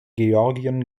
georgien